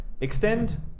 Extend